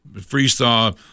freeze-thaw